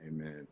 Amen